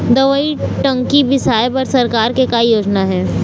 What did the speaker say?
दवई टंकी बिसाए बर सरकार के का योजना हे?